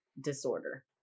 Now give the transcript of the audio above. Disorder